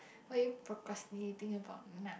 what are you procrastinating about now